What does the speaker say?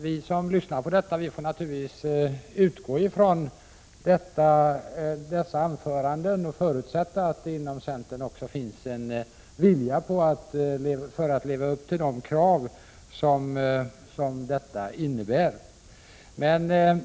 Vi som lyssnar får naturligtvis utgå från dessa anföranden och förutsätta att det inom centern också finns en vilja att leva upp till de krav som detta innebär.